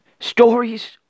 Stories